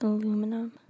Aluminum